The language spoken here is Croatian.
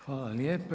Hvala lijepa.